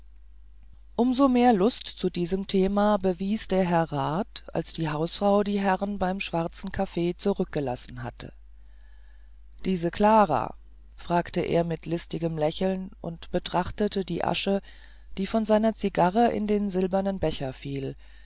weiter umsomehr lust zu diesem thema bewies der herr rat als die hausfrau die herren beim schwarzen kaffee zurückgelassen hatte diese klara fragte er mit listigem lächeln und betrachtete die asche die von seiner zigarre in den silbernen becher fiel